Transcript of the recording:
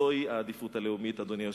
זוהי העדיפות הלאומית, אדוני היושב-ראש.